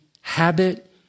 habit